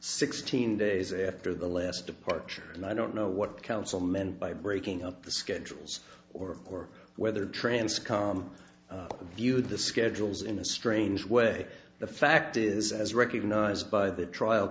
sixteen days after the last departure and i don't know what councilmen by breaking up the schedules or or whether trance calm viewed the schedules in a strange way the fact is as recognized by the trial